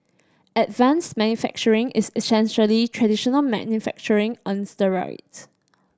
advanced manufacturing is essentially traditional manufacturing on steroids